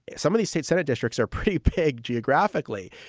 some of these state senate districts are pretty pig geographically.